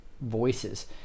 voices